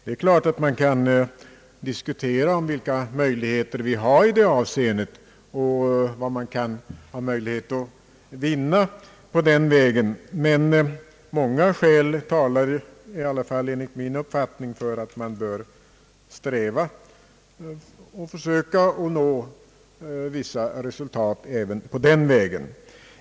Det är klart att man kan diskutera vilka möjligheter vi har i det avseendet, och vad man kan vinna härigenom. Men många skäl talar, i varje fall enligt min uppfattning, för att man bör sträva efter att försöka nå vissa resultat även på den vägen.